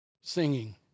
singing